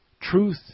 truth